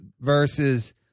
versus